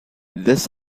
this